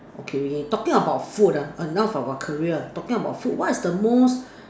okay talking about food ah enough about career talking about food what is the most